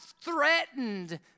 threatened